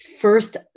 First